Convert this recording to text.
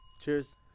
Cheers